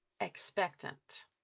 expectant